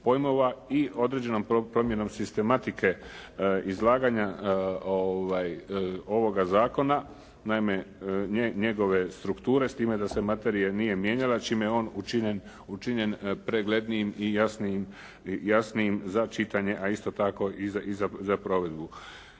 i određenom promjenom sistematike izlaganja ovoga zakona naime njegove strukture s time da se materija nije mijenjala čime je on učinjen preglednijim i jasnijim za čitanje a isto tako i za provedbu.